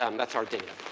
um that's our data.